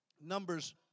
Numbers